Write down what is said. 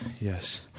Yes